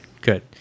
good